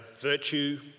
virtue